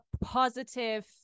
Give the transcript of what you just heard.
positive